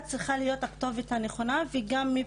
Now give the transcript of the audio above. אנחנו פה